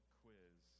quiz